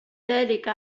ذلك